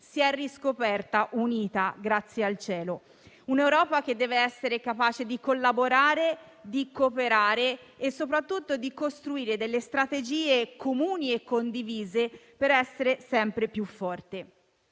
si è riscoperta unita. Un'Europa che deve essere capace di collaborare, cooperare e soprattutto costruire delle strategie comuni e condivise per essere sempre più forte.